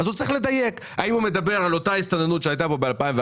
אז הוא צריך לדייק האם הוא מדבר על אותה הסתננות שהייתה פה ב-2014,